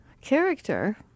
Character